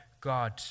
God